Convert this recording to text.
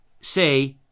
say